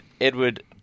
Edward